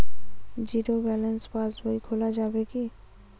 Zero balance পাশ বই খোলা যাবে কি?